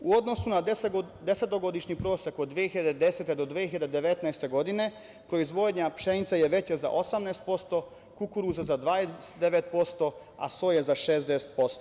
U odnosu na desetogodišnji prosek od 2010. do 2019. godine, proizvodnja pšenice je veća za 18%, kukuruza za 29% a soje za 60%